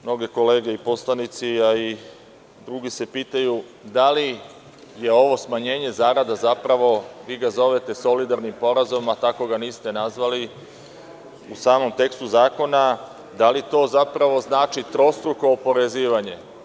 Mnoge kolege poslanici, a i drugi se pitaju, da li je ovo smanjenje zarada zapravo, vi ga zovete solidarni porezom, a tako ga niste nazvali u samom tekstu zakona, da li to zapravo znači trostruko oporezivanje.